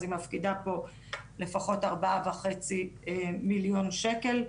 אז היא מפקידה פה לפחות ארבעה וחצי מיליון שקל.